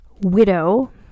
widow